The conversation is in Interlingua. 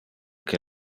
que